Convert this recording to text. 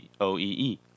OEE